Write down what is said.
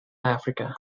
africa